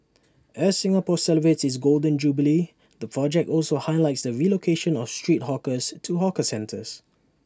as Singapore celebrates its Golden Jubilee the project also highlights the relocation of street hawkers to hawker centres